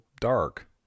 dark